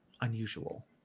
unusual